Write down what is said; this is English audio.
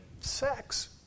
sex